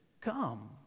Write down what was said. come